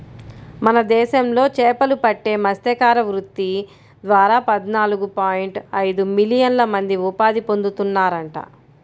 మన దేశంలో చేపలు పట్టే మత్స్యకార వృత్తి ద్వారా పద్నాలుగు పాయింట్ ఐదు మిలియన్ల మంది ఉపాధి పొందుతున్నారంట